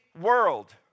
world